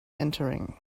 entering